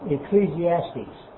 Ecclesiastes